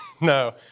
no